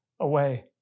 away